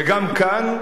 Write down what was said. וגם כאן,